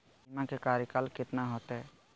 बीमा के कार्यकाल कितना होते?